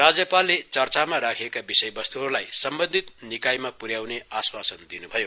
राज्यपालले चर्चामा राखिएका विषयवस्तुहरूलाई सम्वन्धित निकायमा पर्याइने आश्वासन दिनुभयो